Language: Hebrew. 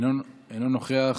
אינו נוכח,